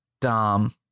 Dom